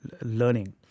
learning